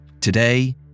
Today